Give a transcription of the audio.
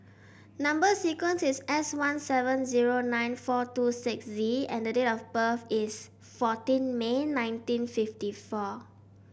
number sequence is S one seven zero nine four two six Z and the date of birth is fourteen May nineteen fifty four